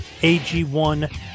ag1